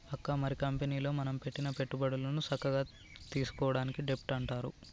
అక్క మరి కంపెనీలో మనం పెట్టిన పెట్టుబడులను సక్కగా తీసుకోవడాన్ని డెబ్ట్ అంటారు